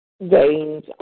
veins